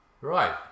Right